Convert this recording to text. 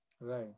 right